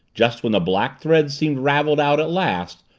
just when the black threads seemed raveled out at last,